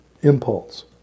impulse